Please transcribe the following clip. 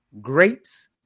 grapes